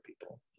people